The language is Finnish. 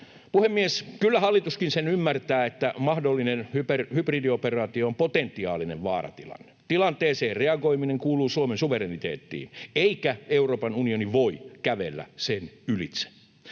Puhemies! Kyllä hallituskin sen ymmärtää, että mahdollinen hybridioperaatio on potentiaalinen vaaratilanne. Tilanteeseen reagoiminen kuuluu Suomen suvereniteettiin, eikä Euroopan unioni voi kävellä sen ylitse.